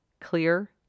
Clear